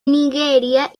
nigeria